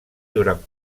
durant